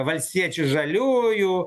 valstiečių žaliųjų